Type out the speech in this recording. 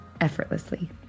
effortlessly